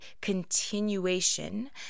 continuation